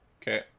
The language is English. Okay